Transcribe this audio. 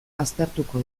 aztertuko